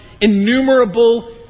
innumerable